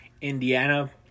Indiana